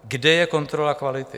Kde je kontrola kvality?